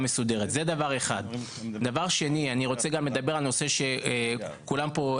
אני רוצה לדבר גם על נושא שכולם ציינו פה,